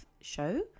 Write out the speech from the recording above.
show